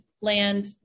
land